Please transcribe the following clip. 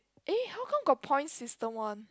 eh how come got point system [one]